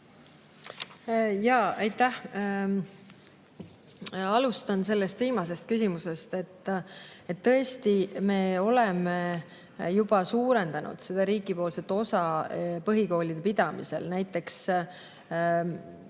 Aitäh! Alustan sellest viimasest küsimusest. Tõesti, me oleme juba suurendanud seda riigipoolset osa põhikoolide pidamisel. Näiteks Narva